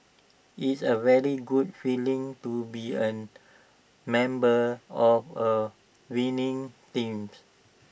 it's A very good feeling to be A member of A winning teams